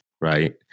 Right